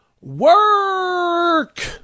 work